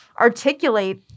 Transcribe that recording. articulate